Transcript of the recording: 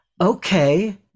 okay